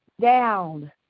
down